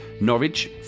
Norwich